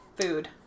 food